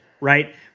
right